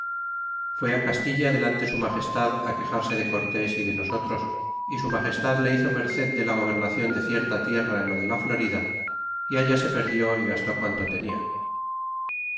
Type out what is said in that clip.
fué á castilla delante su magestad quejarse de cortés é de nosotros é su magastad le hizo merced de la gobernacion de cierta tierra en lo de la florida allá se perdió gastó quanto tenia